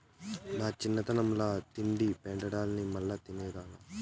మా చిన్నతనంల తింటి పెండలాన్ని మల్లా తిన్నదేలా